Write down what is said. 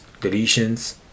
deletions